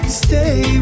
stay